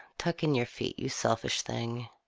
tuck in your feet, you selfish thing.